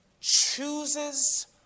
chooses